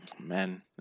Man